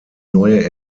neue